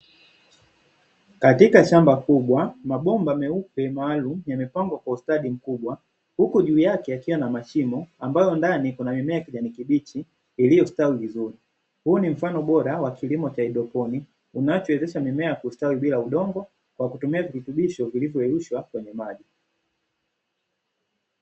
Katika shamba kubwa, mabomba meupe maalumu yamepangwa kwa ustadi mkubwa huku juu yake yakiwa na mashimo ambayo ndani yana mimea ya kijani kibichi iliyostawi vizuri. Huu ni mfano bora wa kilimo cha haidroponi unaowezesha mimea kustawi bila udongo kwa kutumia virutubisho vilivyoyeyushwa kwenye maji.